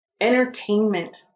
entertainment